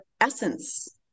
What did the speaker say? essence